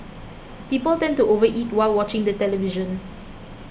people tend to over eat while watching the television